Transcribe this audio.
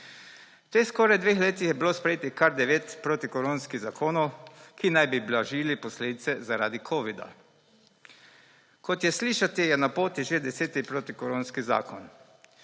teh skoraj dveh letih je bilo sprejetih kar 9 protikoronskih zakonov, ki naj bi blažili posledice zaradi covida. Kot je slišati, je na poti že 10. protikoronski zakon.